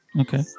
Okay